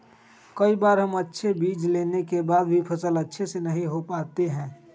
कई बार हम अच्छे बीज लेने के बाद भी फसल अच्छे से नहीं हो पाते हैं?